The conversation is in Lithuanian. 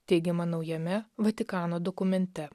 teigiama naujame vatikano dokumente